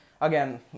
again